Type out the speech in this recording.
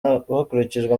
hakurikijwe